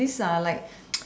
these are like